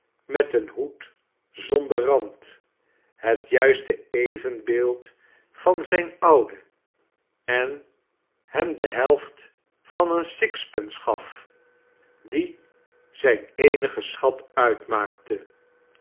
met een hoed zonder rand het juiste evenbeeld van zijn ouden en hem de helft van de sixpence gaf die zijn eenigen schat uitmaakte